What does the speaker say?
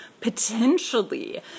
potentially